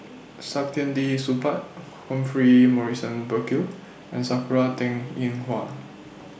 Saktiandi Supaat Humphrey Morrison Burkill and Sakura Teng Ying Hua